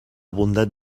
bondat